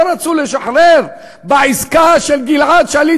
לא רצו לשחרר אותם בעסקה של גלעד שליט.